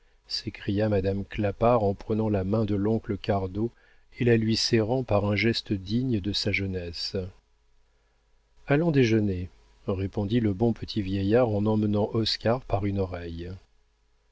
s'écria madame clapart en prenant la main de l'oncle cardot et la lui serrant par un geste digne de sa jeunesse allons déjeuner répondit le bon petit vieillard en emmenant oscar par une oreille